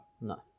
No